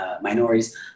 minorities